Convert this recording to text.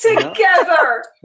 Together